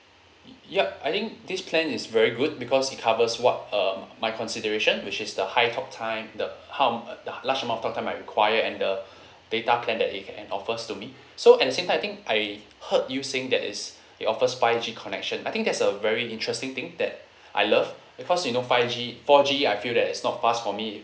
yup I think this plan is very good because it covers what uh my consideration which is the high talk time the ho~ the large amount of talk time I require and the data plan that they can offers to me so as in I think I heard you saying that is they offers five G connection I think that's a very interesting thing that I love because you know five G four G I feel that is not fast for me